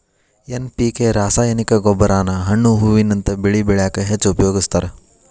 NPK ರಾಸಾಯನಿಕ ಗೊಬ್ಬರಾನ ಹಣ್ಣು ಹೂವಿನಂತ ಬೆಳಿ ಬೆಳ್ಯಾಕ ಹೆಚ್ಚ್ ಉಪಯೋಗಸ್ತಾರ